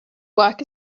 work